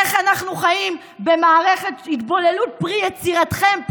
שתראה איך אנחנו חיים במערכת התבוללות פרי יצירתכם,